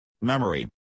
Memory